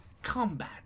combat